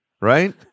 Right